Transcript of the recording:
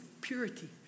purity